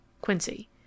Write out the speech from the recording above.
quincy